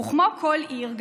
וכמו כל עיר,